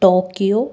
Tokyo